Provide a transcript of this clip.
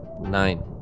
Nine